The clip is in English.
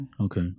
Okay